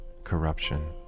corruption